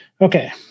Okay